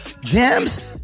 Jams